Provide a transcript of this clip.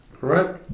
right